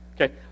Okay